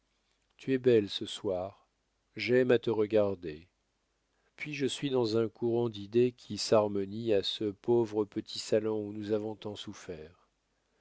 tu es belle ce soir j'aime à te regarder puis je suis dans un courant d'idées qui s'harmonient à ce pauvre petit salon où nous avons tant souffert